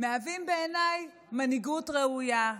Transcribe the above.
מהווים בעיניי מנהיגות ראויה.